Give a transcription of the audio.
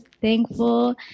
thankful